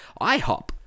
IHOP